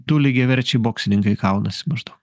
du lygiaverčiai boksininkai kaunasi maždaug